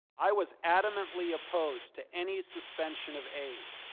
i was adamantly opposed to any suspension of aid.